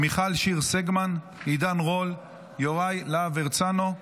מיכל שיר סגמן, עידן רול, יוראי להב הרצנו,